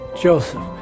Joseph